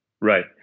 Right